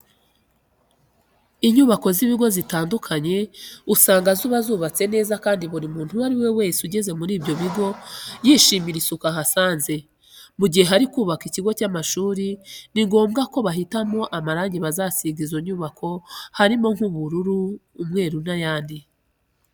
Inyubako z'ibigo bitandukanye usanga ziba zubatse neza kandi buri muntu uwo ari we wese ugeze muri ibyo bigo yishimira isuku ahasanze. Mu gihe hari kubakwa ikigo cy'amashuri ni ngombwa ko bahitamo amarange bazasiga izo nyubako harimo nk'ubururu, umweru n'ayandi.